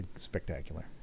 spectacular